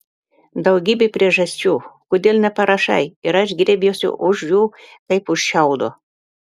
daugybė priežasčių kodėl neparašai ir aš griebiuosi už jų kaip už šiaudo